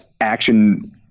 action